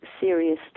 serious